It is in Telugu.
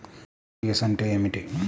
అర్.టీ.జీ.ఎస్ అంటే ఏమిటి?